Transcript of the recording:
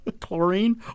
Chlorine